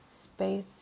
Space